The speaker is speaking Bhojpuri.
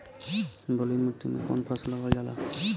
बलुई मिट्टी में कवन फसल उगावल जाला?